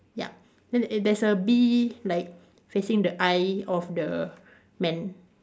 ya then a there's a bee like facing the eye of the man